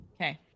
Okay